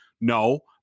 No